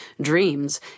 dreams